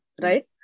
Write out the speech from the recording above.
right